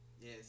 Yes